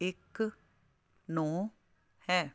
ਇੱਕ ਨੌ ਹੈ